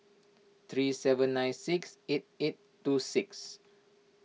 three seven nine six eight eight two six